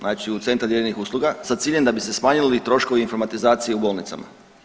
Znači u Centar dijeljenih usluga, sa ciljem da bi se smanjili troškovi informatizacije u bolnicama.